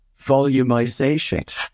volumization